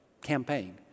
campaign